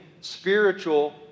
spiritual